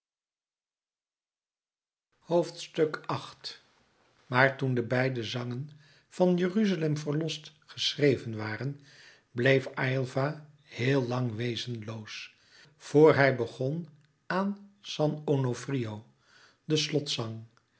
maar toen de beide zangen van jeruzalem verlost geschreven waren bleef aylva heel lang wezenloos vor hij begon aan san onofrio den